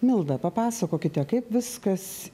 milda papasakokite kaip viskas